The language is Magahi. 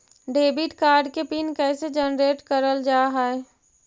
डेबिट कार्ड के पिन कैसे जनरेट करल जाहै?